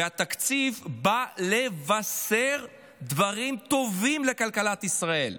והתקציב בא לבשר דברים טובים לכלכלת ישראל.